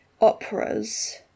operas